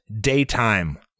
Daytime